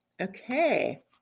Okay